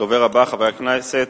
הדובר הבא, חבר הכנסת